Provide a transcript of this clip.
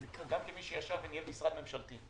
גם כמי שניהל משרד ממשלתי.